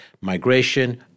migration